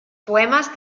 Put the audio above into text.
poemes